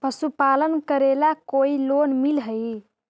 पशुपालन करेला कोई लोन मिल हइ?